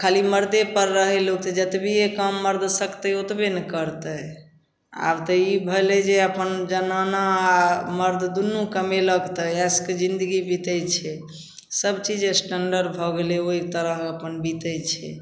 खाली मरदेपर रहै लोक अपन जतबिए काम मरद सकतै ओतबे ने करतै आब तऽ ई भेलै जे अपन जनाना आओर मरद दुन्नू कमेलक तऽ एशके जिन्दगी बितै छै सबचीज स्टैण्डर्ड भऽ गेलै ओहि तरह अपन बितै छै